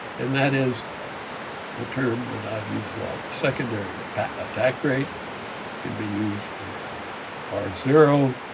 and that is the term that i've used a lot. the secondary attack rate can be used for r zero,